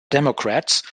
democrats